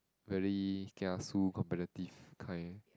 very kiasu competitive kind